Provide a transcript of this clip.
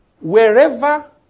Wherever